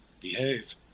behave